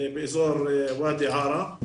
באזור ואדי ערה,